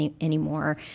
anymore